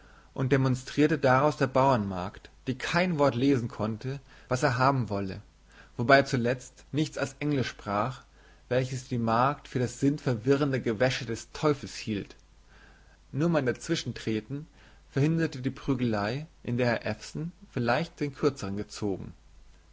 und demonstrierte daraus der bauernmagd die kein wort lesen konnte was er haben wolle wobei er zuletzt nichts als englisch sprach welches die magd für das sinnverwirrende gewäsche des teufels hielt nur mein dazwischentreten verhinderte die prügelei in der herr ewson vielleicht den kürzeren gezogen